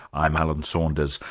i'm alan saunders.